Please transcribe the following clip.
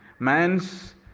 man's